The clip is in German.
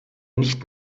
nicht